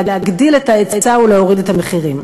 להגדיל את ההיצע ולהוריד את המחירים.